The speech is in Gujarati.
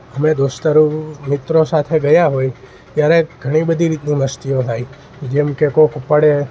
અમે દોસ્તારો મિત્રો સાથે ગયા હોય ત્યારે ઘણી બધી રીતની મસ્તીઓ થાય જેમ કે કોઈક પડે